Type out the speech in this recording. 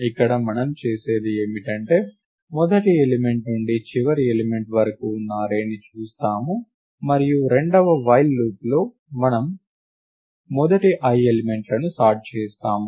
ఇక్కడ మనం చేసేది ఏమిటంటే మొదటి ఎలిమెంట్ నుండి చివరి ఎలిమెంట్ వరకు ఉన్న అర్రే ని చూస్తాము మరియు రెండవ వైల్ లూప్లో మనం మొదటి i ఎలిమెంట్లను సార్ట్ చేస్తాము